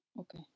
Okay